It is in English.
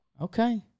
Okay